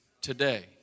today